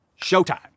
showtime